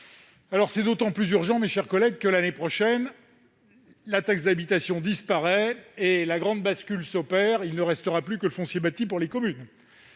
C'est d'autant plus urgent, mes chers collègues, que l'année prochaine, la taxe d'habitation disparaîtra et qu'une grande bascule s'opérera : il ne restera plus que le foncier bâti pour les communes.